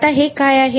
आता हे काय आहे